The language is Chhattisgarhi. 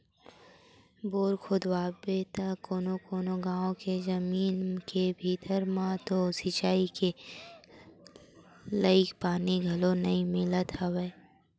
बोर खोदवाबे त कोनो कोनो गाँव के जमीन के भीतरी म तो सिचई के लईक पानी घलोक नइ मिलत हवय